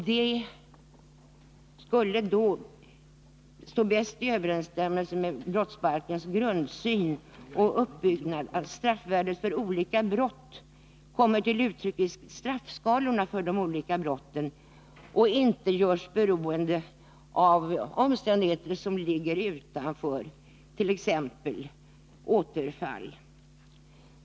Det skulle stå bäst i överensstämmelse med 23 brottsbalkens grundsyn och uppbyggnad att straffvärdet för olika brott kommer till uttryck i straffskalorna för de olika brotten och inte görs beroende av omständigheter som ligger utanför, t.ex. återfall.